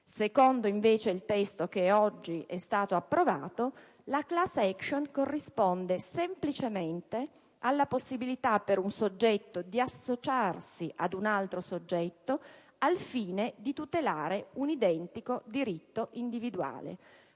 secondo il testo che oggi è stato approvato, la *class action* corrisponde semplicemente alla possibilità per un soggetto di associarsi ad un altro soggetto al fine di tutelare un identico diritto individuale.